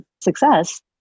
success